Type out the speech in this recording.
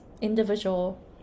Individual